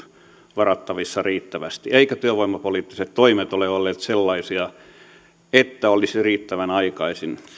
varattavissa riittävästi eivätkä työvoimapoliittiset toimet ole olleet sellaisia että olisi riittävän aikaisin